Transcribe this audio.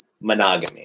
monogamy